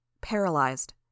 Paralyzed